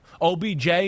OBJ